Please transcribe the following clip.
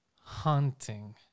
Hunting